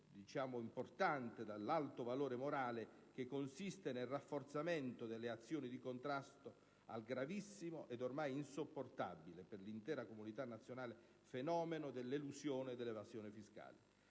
anch'essa importante e dall'alto valore morale - che consiste nel rafforzamento delle azioni di contrasto al gravissimo ed ormai insopportabile, per l'intera comunità nazionale, fenomeno dell'elusione e dell'evasione fiscale.